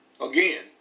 Again